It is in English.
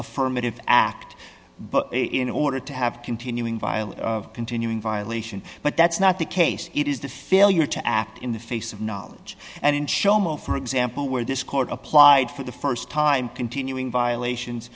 affirmative act but in order to have continuing violence continuing violation but that's not the case it is the failure to act in the face of knowledge and in show mo for example where this court applied for the st time continuing violations